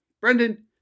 Brendan